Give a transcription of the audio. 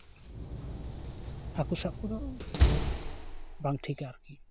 ᱦᱟᱹᱠᱩ ᱥᱟᱵ ᱠᱚᱫᱚ ᱵᱟᱝ ᱴᱷᱤᱠᱟ ᱟᱨᱠᱤ